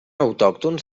autòctons